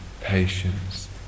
patience